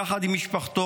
יחד עם משפחתו,